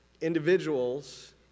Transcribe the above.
individuals